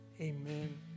Amen